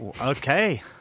Okay